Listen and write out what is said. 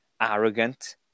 arrogant